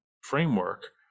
framework